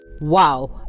Wow